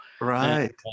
Right